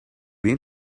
been